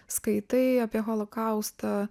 skaitai apie holokaustą